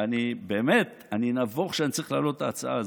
אני נבוך שאני צריך להעלות את ההצעה הזאת.